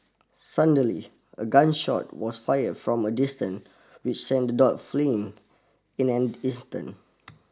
suddenly a gun shot was fired from a distance which sent dog fleeing in an instant